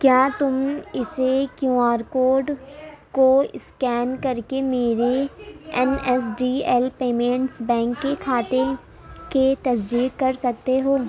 کیا تم اسے کیو آر کوڈ کو اسکین کر کے میرے M S D L payments bank کے کھاتے کے تصدیق کر سکتے ہو